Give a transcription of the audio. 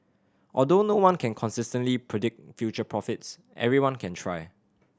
although no one can consistently predict future profits everyone can try